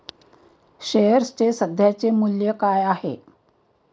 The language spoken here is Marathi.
शेअर्सचे सध्याचे मूल्य काय आहे?